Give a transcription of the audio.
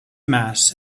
mass